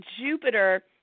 Jupiter